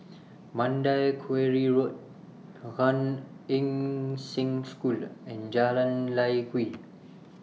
Mandai Quarry Road Gan Eng Seng School and Jalan Lye Kwee